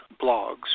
Blogs